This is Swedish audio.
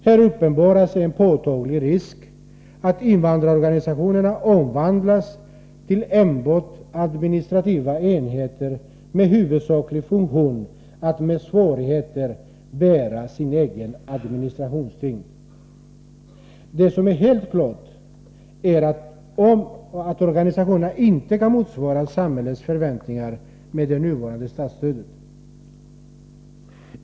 Här uppenbarar sig en påtaglig risk att invandrarorganisationerna omvandlas till enbart administrativa enheter med huvudsaklig funktion att med svårighet bära sin egen administrationstyngd. Det som är helt klart är att organisationerna inte kan motsvara samhällets förväntningar med det nuvarande statsstödet.